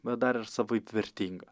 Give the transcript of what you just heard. bet dar ir savaip vertinga